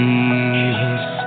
Jesus